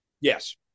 Yes